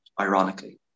ironically